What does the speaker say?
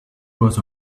was